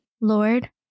Lord